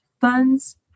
funds